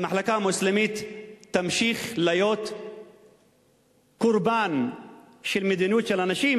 המחלקה המוסלמית תמשיך להיות קורבן של מדיניות של אנשים